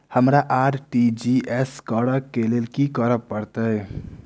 हमरा आर.टी.जी.एस करऽ केँ लेल की करऽ पड़तै?